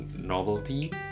novelty